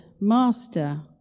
Master